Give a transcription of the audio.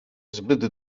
zbyt